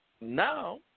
now